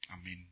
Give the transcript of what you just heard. Amen